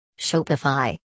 Shopify